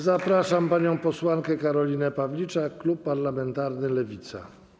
Zapraszam panią posłankę Karolinę Pawliczak, klub parlamentarny Lewica.